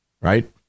right